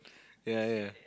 ya ya